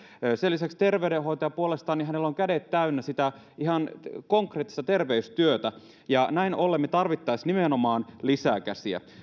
sen lisäksi terveydenhoitajalla puolestaan on kädet täynnä ihan sitä konkreettista terveystyötä näin ollen me tarvitsisimme nimenomaan lisää käsiä